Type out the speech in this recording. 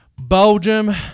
Belgium